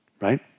right